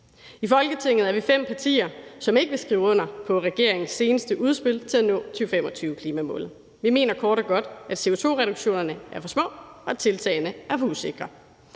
I Folketinget er vi fem partier, som ikke vil skrive under på regeringens seneste udspil til at nå 2025-klimamålet. Vi mener kort og godt, at CO2-reduktionerne er for små og tiltagene er for usikre.